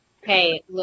Hey